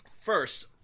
First